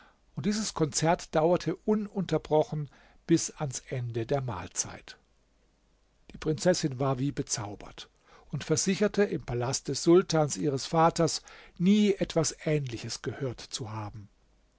und dieses konzert dauerte ununterbrochen bis ans ende der mahlzeit die prinzessin war wie bezaubert und versicherte im palast des sultans ihres vaters nie etwas ähnliches gehört zu haben